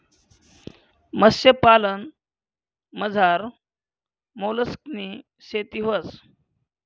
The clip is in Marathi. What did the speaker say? मत्स्यपालनमझार मोलस्कनी शेती व्हस